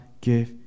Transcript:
give